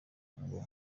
ngo